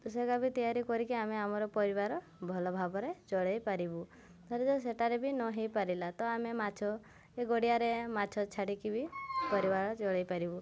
ତ ସେଗା ବି ତିଆରି କରିକି ଆମେ ଆମର ପରିବାର ଭଲ ଭାବରେ ଚଳାଇ ପାରିବୁ ଧରିକି ସେଠାରେ ବି ନହେଇପାରିଲା ତ ଆମେ ମାଛ ଏ ଗଡ଼ିଆରେ ମାଛ ଛାଡ଼ିକି ବି ପରିବାର ଚଳାଇ ପାରିବୁ